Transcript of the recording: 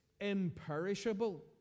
imperishable